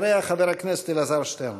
אחריה, חבר הכנסת אלעזר שטרן.